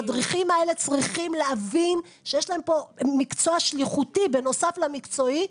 המדריכים האלה צריכים להבין שיש להם פה מקצוע שליחותי בנוסף למקצועי,